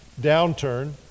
downturn